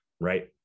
right